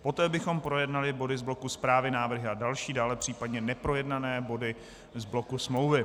Poté bychom projednali body z bloku Zprávy, návrhy a další, dále případně neprojednané body z bloku Smlouvy.